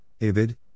Ibid